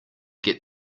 get